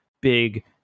big